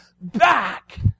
back